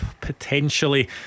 potentially